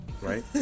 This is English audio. Right